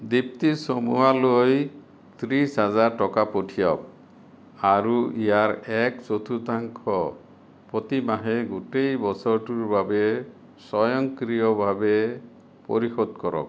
দীপ্তী চামুৱা লৈ ত্ৰিশ হাজাৰ টকা পঠিয়াওক আৰু ইয়াৰ এক চতুৰ্থাংশ প্ৰতিমাহে গোটেই বছৰটোৰ বাবে স্বয়ংক্ৰিয়ভাৱে পৰিশোধ কৰক